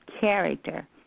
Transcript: character